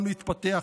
גם להתפתח,